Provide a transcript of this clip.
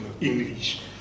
English